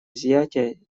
изъятия